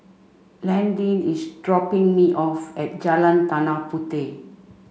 Landyn is dropping me off at Jalan Tanah Puteh